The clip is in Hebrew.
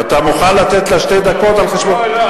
אתה מוכן לתת לה שתי דקות על חשבונך?